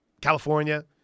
California